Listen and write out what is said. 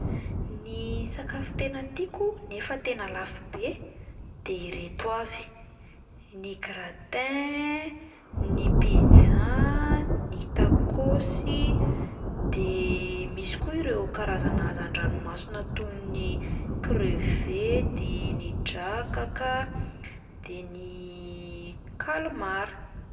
Ny sakafo tena tiako nefa tena lafo be de ireto avy: ny gratin, ny pizza, ny tacos i, de misy koa ireo karazana hazan-dranomasina toy ny crevette i, ny drakaka, de ny calmar.